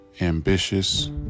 ambitious